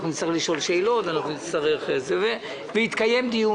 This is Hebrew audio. נצטרך לשאול שאלות ויתקיים דיון,